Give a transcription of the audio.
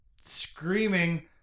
screaming